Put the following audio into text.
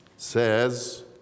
Says